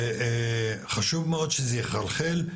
וחשוב מאוד שזה יחלחל,